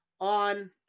on